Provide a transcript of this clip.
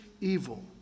evil